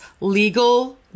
Legal